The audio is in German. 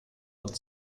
und